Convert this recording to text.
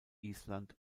island